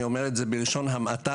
אני אומר את זה בלשון המעטה,